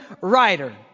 writer